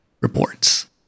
reports